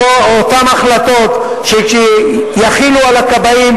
את אותן החלטות יחילו על הכבאים,